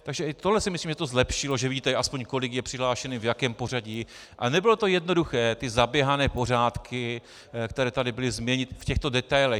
Takže i tohle si myslím, že zlepšilo, že vidíte aspoň, kolik je přihlášených, v jakém pořadí, ale nebylo jednoduché ty zaběhané pořádky, které tady byly, změnit v těchto detailech.